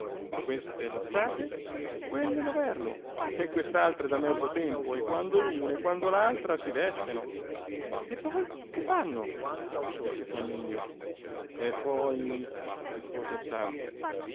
queste lo state quelle lo verno quest'altre da mezzo tempo e quando l'una e quando l'altra si vesteno e poi che fanno disse flamminio e poi rispose lo sarto